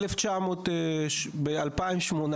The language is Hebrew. ב-2018,